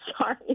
sorry